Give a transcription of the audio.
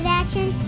action